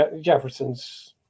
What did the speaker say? Jefferson's